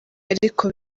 ariko